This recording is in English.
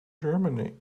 germany